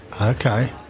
Okay